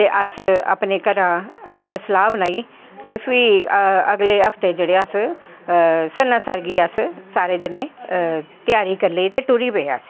ते अस अपनें घरा दा असैं सलाह् बनाई ते फ्ही अगले हफ्ते अस सनासर गे अस सारे जनें त्यारी करी लेई ते टुरी पे अस